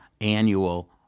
annual